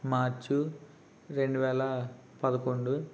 మార్చు రెండు వేల పదకొండు